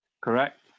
correct